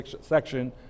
section